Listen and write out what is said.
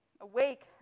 awake